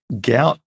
Gout